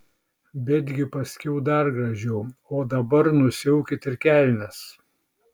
betgi paskiau dar gražiau o dabar nusiaukit ir kelnes